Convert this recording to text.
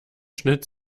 schnitt